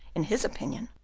in his opinion,